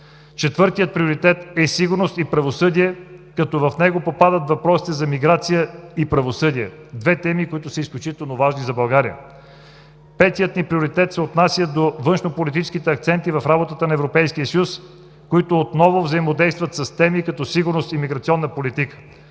Четвъртият приоритет е сигурност и правосъдие, като в него попадат въпросите за миграция и правосъдие – две теми, които са изключително важни за България. Петият ни приоритет се отнася до външнополитическите акценти в работата на Европейския съюз, които отново взаимодействат с теми като сигурност и миграционна политика.